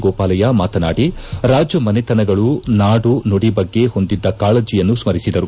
ಗೋಪಾಲಯ್ಯ ಮಾತನಾಡಿ ರಾಜಮನೆತನಗಳು ನಾಡು ನುಡಿ ಬಗ್ಗೆ ಹೊಂದಿದ್ದ ಕಾಳಜಿಯನ್ನು ಸ್ಕರಿಸಿದರು